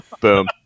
Boom